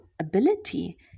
ability